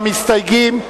המסתייגים,